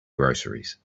groceries